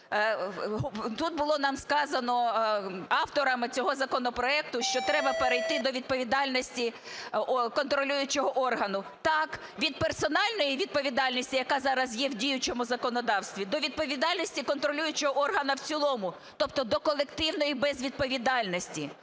Тут було нам сказано авторами цього законопроекту, що треба перейти до відповідальності контролюючого органу. Так, від персональної відповідальності, яка зараз є в діючому законодавстві до відповідальності контролюючого органу в цілому, тобто до колективної безвідповідальності.